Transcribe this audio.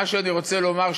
מה שאני רוצה לומר,